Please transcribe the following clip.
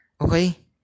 Okay